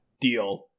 Deal